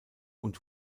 und